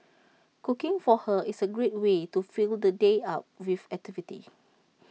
cooking for her is A great way to fill the day up with activity